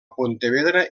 pontevedra